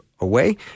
away